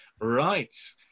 Right